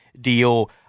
deal